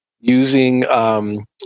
using